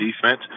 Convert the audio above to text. defense